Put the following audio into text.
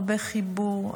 הרבה חיבור,